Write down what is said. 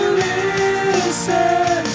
listen